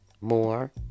more